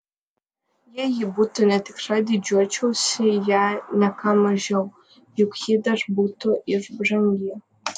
jeigu ji būtų netikra didžiuočiausi ja ne ką mažiau juk ji dar būtų ir brangi